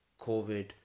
COVID